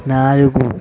నాలుగు